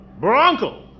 Bronco